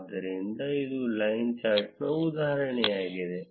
ಆದ್ದರಿಂದ ಇದು ಲೈನ್ ಚಾರ್ಟ್ನ ಉದಾಹರಣೆಯಾಗಿದೆ